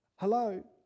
Hello